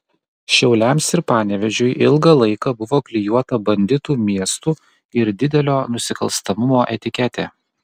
šiauliams ir panevėžiui ilgą laiką buvo klijuota banditų miestų ir didelio nusikalstamumo etiketė